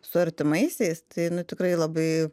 su artimaisiais tai tikrai labai